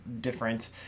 different